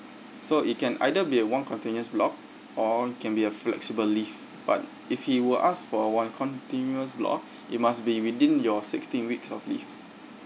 so it can either be a one continuous block or it can be a flexible leave but if he will ask for one continuous block it must be within your sixteen weeks of leave